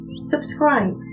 Subscribe